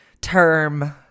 term